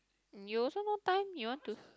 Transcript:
you also no time you want to